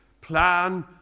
plan